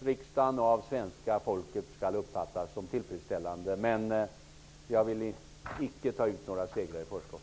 riksdagen och svenska folket kommer att uppfattas som tillfredsställande. Jag tar dock icke ut några segrar i förskott.